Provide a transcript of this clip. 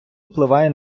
впливає